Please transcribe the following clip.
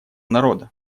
народа